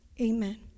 amen